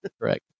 Correct